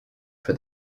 for